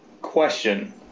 question